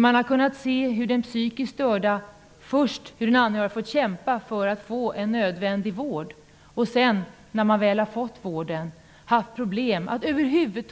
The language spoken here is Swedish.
Man har kunnat se hur anhöriga först fått kämpa för att den psykiskt störda skall få en nödvändig vård. När sedan patienten väl har fått vård har det varit problem för den anhöriga med